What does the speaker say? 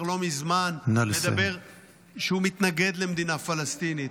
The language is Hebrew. אומר שהוא מתנגד למדינה פלסטינית.